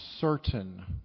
certain